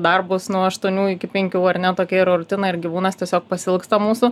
darbus nuo aštuonių iki penkių ar ne tokia yra rutina ir gyvūnas tiesiog pasiilgsta mūsų